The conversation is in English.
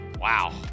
wow